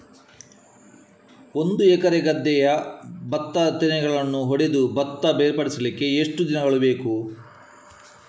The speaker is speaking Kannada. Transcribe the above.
ಒಂದು ಎಕರೆ ಗದ್ದೆಯ ಭತ್ತದ ತೆನೆಗಳನ್ನು ಹೊಡೆದು ಭತ್ತ ಬೇರ್ಪಡಿಸಲಿಕ್ಕೆ ಎಷ್ಟು ದಿನಗಳು ಬೇಕು?